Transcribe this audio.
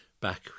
back